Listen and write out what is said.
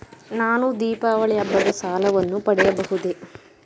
ನಾನು ದೀಪಾವಳಿ ಹಬ್ಬದ ಸಾಲವನ್ನು ಪಡೆಯಬಹುದೇ?